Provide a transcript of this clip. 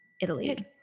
Italy